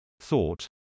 Thought